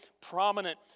prominent